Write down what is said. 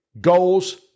goals